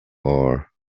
ore